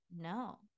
no